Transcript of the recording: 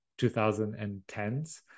2010s